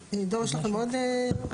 דור, יש לכם עוד הוראות?